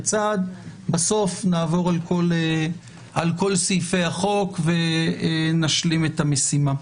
בסוף נעבור על כל סעיפי החוק ונשלים את המשימה.